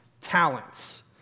talents